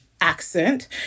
accent